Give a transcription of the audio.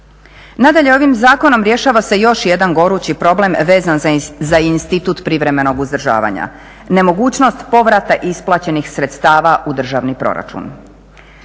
Nadalje, ovim zakonom rješava se još jedan gorući problem vezan za institut privremenog uzdržavanja, nemogućnost povrata isplaćenih sredstava u državni proračun.